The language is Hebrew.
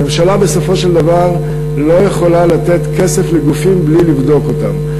הממשלה בסופו של דבר לא יכולה לתת כסף לגופים בלי לבדוק אותם.